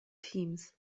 teams